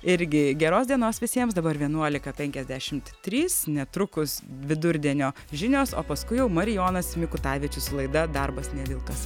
irgi geros dienos visiems dabar vienuolika penkiasdešimt trys netrukus vidurdienio žinios o paskui jau marijonas mikutavičius su laida darbas ne vilkas